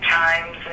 times